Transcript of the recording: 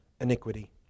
iniquity